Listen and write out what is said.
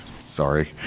Sorry